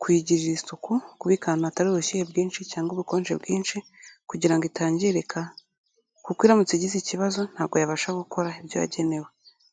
kuyigirira isuku kubika ahantu hatari ubushyuhe bwinshi, cyangwa ubukonje bwinshi, kugira ngo itangirika, kuko iramutse igize ikibazo ntabwo yabasha gukora ibyo yagenewe.